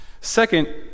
Second